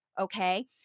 okay